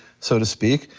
so to speak.